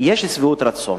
יש שביעות רצון